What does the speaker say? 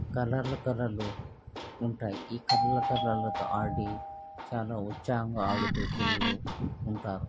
కలర్లు కలర్లు ఉంటాయి ఈ కలర్లు కలర్లతో ఆడి చాలా ఉత్సాహంగా ఆడుతూ పిల్లలు ఉంటారు